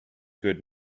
good